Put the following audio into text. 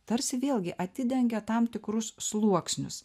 tarsi vėlgi atidengia tam tikrus sluoksnius